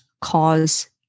cause